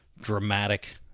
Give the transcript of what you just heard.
dramatic